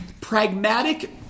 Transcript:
pragmatic